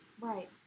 Right